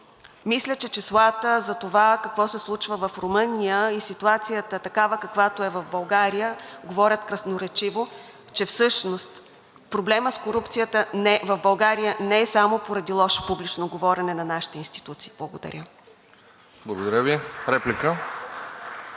мисля, че числата за това какво се случва в Румъния и ситуацията такава, каквато е в България, говорят красноречиво, че всъщност проблемът с корупцията в България не е само поради лошо публично говорене на нашите институции. Благодаря. (Ръкопляскания